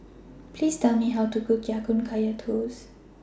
Please Tell Me How to Cook Ya Kun Kaya Toast